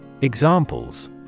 Examples